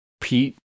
Pete